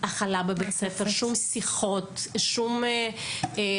הכלה בבית ספר, שום שיחות, שום הסבר.